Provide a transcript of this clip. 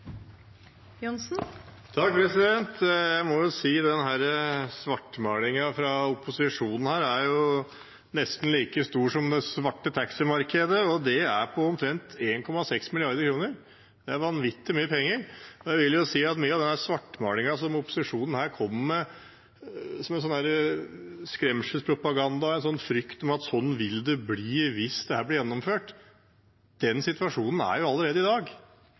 nesten like stor som det svarte taximarkedet, og det er på omtrent 1,6 mrd. kr. Det er vanvittig mye penger. Til mye av denne svartmalingen som opposisjonen her kommer med, som en slags skremselspropaganda og frykt for at sånn vil det bli hvis dette blir gjennomført, vil jeg si at det er situasjonen allerede i dag